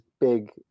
big